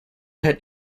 had